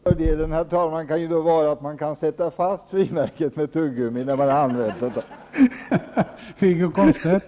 Herr talman! Jag förstår efter den debatt som Roland Larsson för att han blir ganska torr i munnen, och då blir det inte till att spotta på frimärket heller.